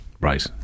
Right